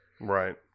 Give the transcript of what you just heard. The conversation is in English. right